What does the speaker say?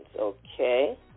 Okay